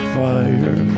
fire